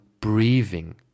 breathing